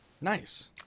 nice